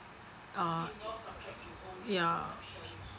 uh ya